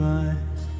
eyes